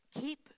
keep